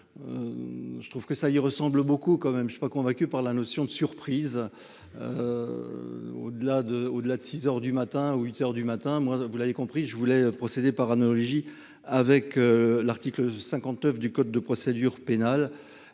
Je trouve que ça y ressemble beaucoup quand même je sais pas convaincu par la notion de surprise. Au-delà de au-delà de 6h du matin ou 8h du matin. Moi, vous l'avez compris, je voulais. Procédé par analogie avec l'article 59 du code de procédure pénale